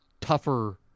tougher